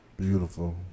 beautiful